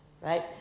right